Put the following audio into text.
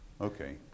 okay